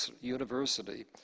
University